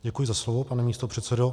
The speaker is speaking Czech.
Děkuji za slovo, pane místopředsedo.